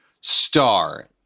Star